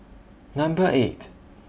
Number eight